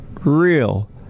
real